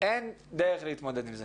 אין דרך להתמודד עם זה